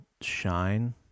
Shine